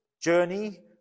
Journey